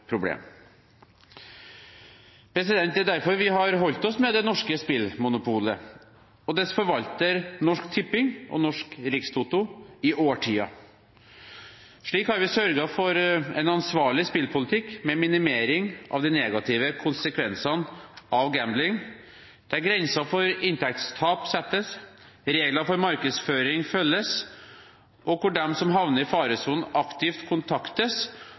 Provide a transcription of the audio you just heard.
Det er derfor vi har holdt oss med det norske spillmonopolet og dets forvaltere, Norsk Tipping og Norsk Rikstoto, i årtier. Slik har vi sørget for en ansvarlig spillpolitikk, med minimering av de negative konsekvensene av gambling, der grensen for inntektstap settes, regler for markedsføring følges, og hvor de som er i faresonen, aktivt kontaktes,